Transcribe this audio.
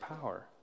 power